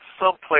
someplace